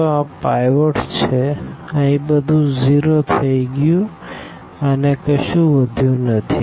તો આ પાઈવોટ છે અહી બધું 0 થઇ ગયું અનુ કશું વધ્યું નથી